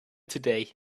today